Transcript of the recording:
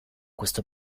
questo